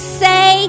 say